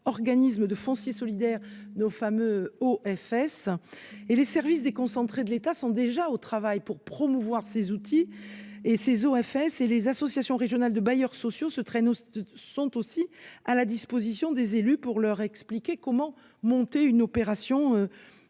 organismes de foncier solidaire, et les services déconcentrés de l’État sont déjà au travail pour promouvoir ces outils. Les associations régionales de bailleurs sociaux se tiennent à la disposition des élus pour leur expliquer comment monter une opération de